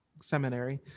seminary